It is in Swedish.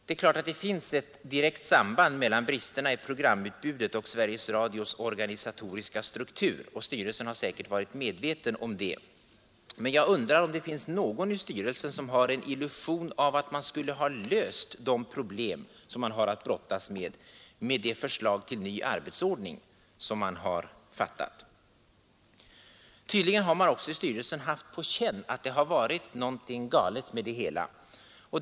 Det är klart att det finns ett direkt samband mellan bristerna i programutbudet och Sveriges Radios organisatoriska struktur, och styrelsen har säkert varit medveten om det. Men jag undrar om det finns någon i styrelsen som har en illusion av att man verkligen skulle ha löst de problem som man har att brottas med genom det förslag till ny arbetsordning som man har antagit. Tydligen har man också i styrelsen haft på känn att det har varit något galet med det hela.